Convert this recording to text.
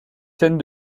scènes